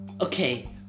Okay